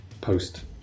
post